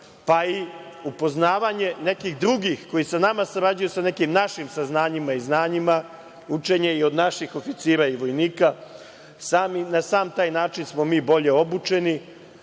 pa i upoznavanje nekih drugih koji sa nama sarađuju sa nekim našim saznanjima i znanjima, učenje i od naših oficira i vojnika, na sam taj način smo bi bolje obučeni,